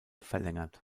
verlängert